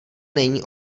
není